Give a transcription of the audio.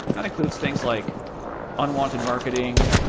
that includes things like unwanted marketing,